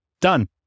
done